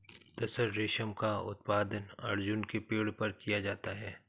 तसर रेशम का उत्पादन अर्जुन के पेड़ पर किया जाता है